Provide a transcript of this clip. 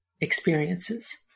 experiences